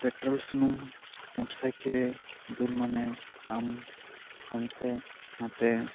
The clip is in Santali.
ᱯᱮᱴᱨᱳᱞ ᱥᱩᱱᱩᱢ ᱢᱚᱴᱚᱨᱥᱟᱭᱠᱮᱞ ᱨᱮ ᱫᱩᱞ ᱢᱟᱱᱮ ᱟᱢ ᱦᱟᱱᱛᱮ ᱱᱟᱛᱮ